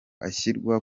ashyirwa